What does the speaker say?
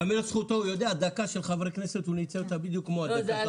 ייאמר לזכותו: דקה של חברי כנסת הוא ניצל אותה בדיוק כמוהם.